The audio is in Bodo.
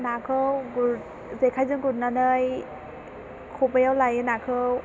नाखौ जेखायजों गुरनानै खबायाव लायो नाखौ